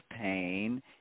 pain